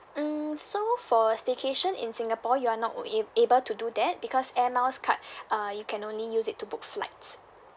hmm so for staycation in singapore you're not a~ able to do that because air miles card uh you can only use it to book flights